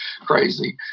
crazy